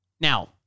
now